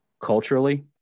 culturally